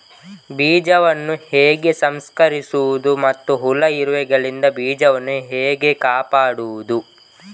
ಬೀಜವನ್ನು ಹೇಗೆ ಸಂಸ್ಕರಿಸುವುದು ಮತ್ತು ಹುಳ, ಇರುವೆಗಳಿಂದ ಬೀಜವನ್ನು ಹೇಗೆ ಕಾಪಾಡುವುದು?